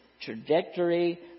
trajectory